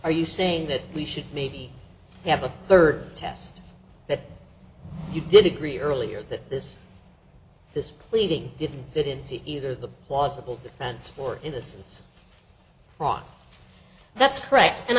are you saying that we should maybe have a third test that you did agree earlier that this this pleading didn't fit into either the plausible defense or innocence lost that's correct and